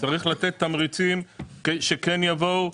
צריך לתת תמריצים שכן יבואו.